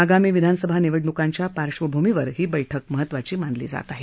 आगामी विधानसभा निवडणुकांच्या पार्श्वभूमीवर ही बैठक महत्त्वाची मानली जात आहे